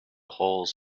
holes